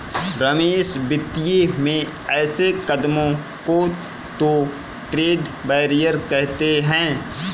रमेश वित्तीय में ऐसे कदमों को तो ट्रेड बैरियर कहते हैं